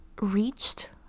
reached